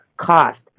cost